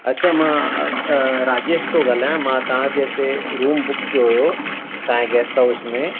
अछा मां राजेश थो ॻाल्हायां मां तव्हांजे हिते रूम बुक कयो हुयो तव्हांजे गेस्ट हाउस में